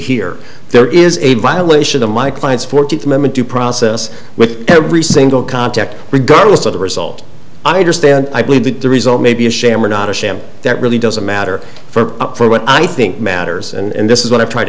here there is a violation of my client's fourteenth amendment due process with every single contact regardless of the result i understand i believe that the result may be a sham or not a sham that really doesn't matter for up for what i think matters and this is what i